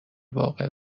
واقع